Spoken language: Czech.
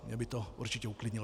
Mne by to určitě uklidnilo.